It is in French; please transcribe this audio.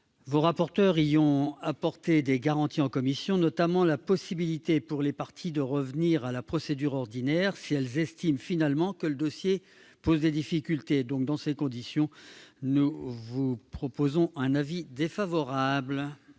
montant. Nous avons apporté des garanties en commission, notamment la possibilité pour les parties de revenir à la procédure ordinaire si elles estiment finalement que le dossier soulève des difficultés. Dans ces conditions, la commission a émis un avis défavorable